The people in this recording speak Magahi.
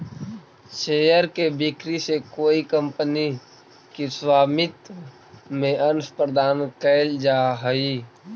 शेयर के बिक्री से कोई कंपनी के स्वामित्व में अंश प्रदान कैल जा हइ